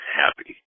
happy